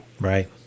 Right